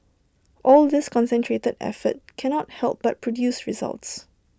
all this concentrated effort cannot help but produce results